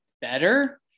better